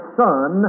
son